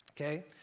Okay